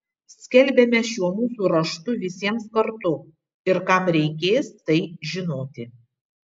skelbiame šiuo mūsų raštu visiems kartu ir kam reikės tai žinoti